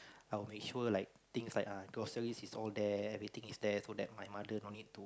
I'll make sure like things like uh groceries is all there everything is there so that my mother don't need to